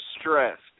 stressed